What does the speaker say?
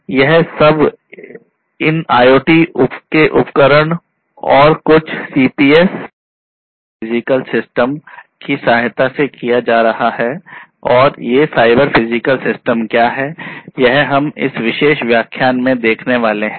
यह सब इन IoT के उपकरण और कुछ CPS साइबर फिजिकल सिस्टम की सहायता से किया जा रहा है और ये साइबर फिजिकल सिस्टम क्या है यह हम इस विशेष व्याख्यान में देखने वाले हैं